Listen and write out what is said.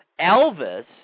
Elvis